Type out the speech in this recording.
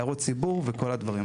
הערות ציבור וכל הדברים.